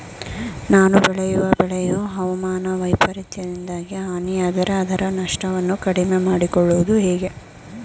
ನಾನು ಬೆಳೆಯುವ ಬೆಳೆಯು ಹವಾಮಾನ ವೈಫರಿತ್ಯದಿಂದಾಗಿ ಹಾನಿಯಾದರೆ ಅದರ ನಷ್ಟವನ್ನು ಕಡಿಮೆ ಮಾಡಿಕೊಳ್ಳುವುದು ಹೇಗೆ?